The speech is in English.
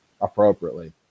appropriately